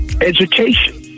education